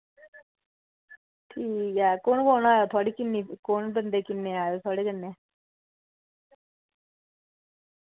ठीक ऐ कु'न कु'न आया थोआढ़ी किन्नी कौन बंदे किन्ने आए दे थोआढ़े कन्नै